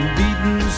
beaten